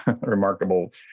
remarkable